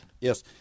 Yes